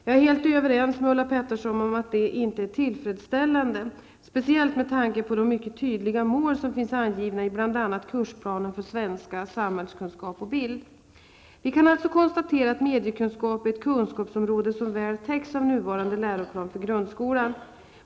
Jag är helt överens med Ulla Pettersson om att detta inte är tillfredsställande, speciellt med tanke på de mycket tydliga mål som finns angivna i bl.a. Vi kan alltså konstatera att mediekunskap är ett kunskapsområde som väl täcks av nuvarande läroplan för grundskolan.